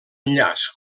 enllaç